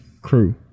crew